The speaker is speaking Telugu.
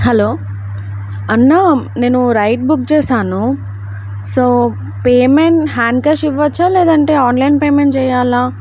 హలో అన్న నేను రైడ్ బుక్ చేశాను సో పేమెంట్ హ్యాండ్ క్యాష్ ఇవ్వచ్చా లేదంటే ఆన్లైన్ పేమెంట్ చేయాలా